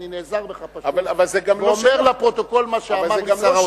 אני נעזר בך פשוט ואומר לפרוטוקול מה שאמר לי שר האוצר.